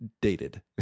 dated